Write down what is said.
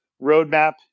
roadmap